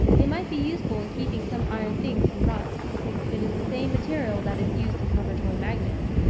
it might be useful in keeping some iron things from rust it is the same material that is used to cover toy magnets.